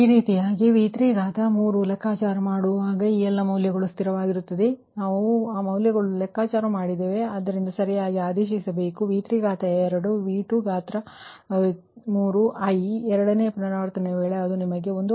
ಇದೇ ರೀತಿಯಾಗಿ V32 ಮತ್ತೆ ಲೆಕ್ಕಾಚಾರ ಮಾಡುವಾಗ ಈ ಎಲ್ಲ ಮೌಲ್ಯಗಳು ಸ್ಥಿರವಾಗಿರುತ್ತದೆ ನಾವು ಈಗಾಗಲೇ ಈ ಮೌಲ್ಯಗಳನ್ನು ಮಾತ್ರ ಲೆಕ್ಕಾಚಾರ ಮಾಡಿದ್ದೇವೆ ಆದ್ದರಿಂದ ನಾವು ಅದನ್ನು ಸರಿಯಾಗಿ ಸಬ್ಸ್ ಟ್ಯೂಟ್ ಮಾಡಬೇಕು ಆದ್ದರಿಂದ V32 ನೀವು V23i ಎರಡನೆಯ ವೇಳೆ ಪುನರಾವರ್ತನೆಯ ವೇಳೆ ಅದು ನಿಮಗೆ 1